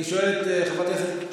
אני חושבת שהצבעתי במחשב.